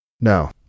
No